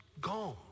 gone